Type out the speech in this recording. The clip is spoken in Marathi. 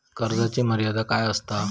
कर्जाची मर्यादा काय असता?